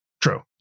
True